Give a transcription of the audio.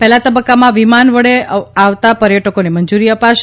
પહેલા તબક્કામાં વિમાન વડે આવતા પર્યટકોને મંજુરી અપાશે